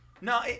No